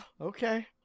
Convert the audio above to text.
Okay